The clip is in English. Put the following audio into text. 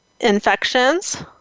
infections